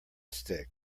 stick